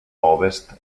ovest